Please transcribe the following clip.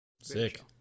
sick